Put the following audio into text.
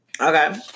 Okay